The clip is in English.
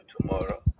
tomorrow